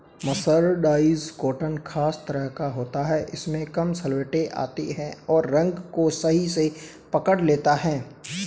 mercerised cotton खास तरह का होता है इसमें कम सलवटें आती हैं और रंग को सही से पकड़ लेता है